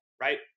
right